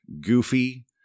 Goofy